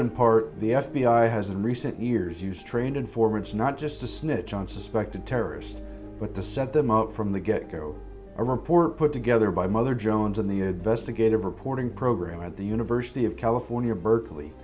in part the f b i has in recent years used trained informants not just to snitch on suspected terrorists but the set them up from the get go a report put together by mother jones and the best to get a reporter program at the university of california berkeley